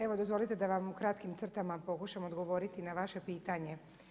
Evo dozvolite da vam u kratkim crtama pokušam odgovoriti na vaše pitanje.